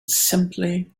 simply